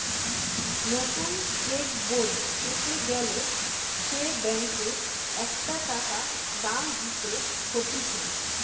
নতুন চেক বই পেতে গ্যালে সে ব্যাংকে একটা টাকা দাম দিতে হতিছে